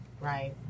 right